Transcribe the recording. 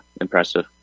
impressive